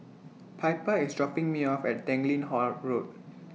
Piper IS dropping Me off At Tanglin Halt Road